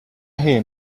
hear